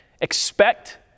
expect